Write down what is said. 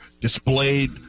displayed